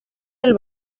del